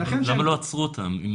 למה לא עצרו אותם?